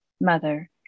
Mother